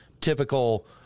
typical